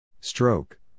Stroke